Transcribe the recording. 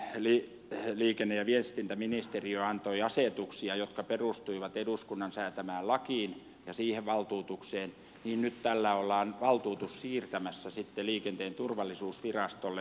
kun aiemmin liikenne ja viestintäministeriö antoi asetuksia jotka perustuivat eduskunnan säätämään lakiin ja siihen valtuutukseen niin nyt tällä ollaan valtuutus siirtämässä sitten liikenteen turvallisuusvirastolle